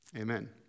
Amen